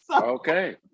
Okay